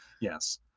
Yes